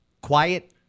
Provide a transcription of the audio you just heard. quiet